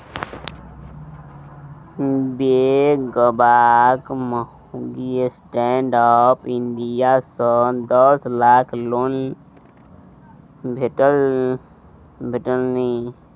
बेंगबाक माउगीक stand up India सँ दस लाखक लोन भेटलनि